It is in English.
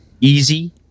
easy